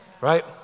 right